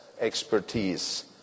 expertise